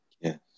Yes